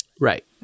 right